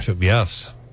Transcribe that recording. Yes